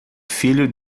filho